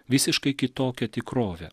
visiškai kitokią tikrovę